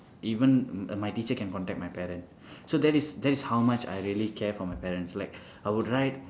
even my teacher can contact my parent so that is that is how much I really care for my parents like I would write